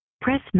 Press